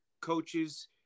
coaches